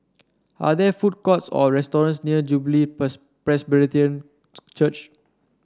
are there food courts or restaurants near Jubilee Presbyterian Church